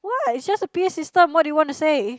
why it's just a p_a system what do you want to say